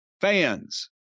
fans